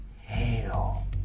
Hail